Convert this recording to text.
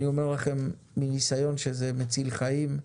אני אומר לכם מניסיון שזה מציל חיים,